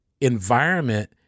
environment